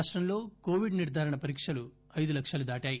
రాష్ట్రంలో కోవిడ్ నిర్ధారణ పరీక్షలు ఐదు లక్షలు దాటాయి